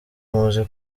muzi